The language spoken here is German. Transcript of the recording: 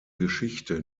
geschichte